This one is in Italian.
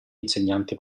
insegnanti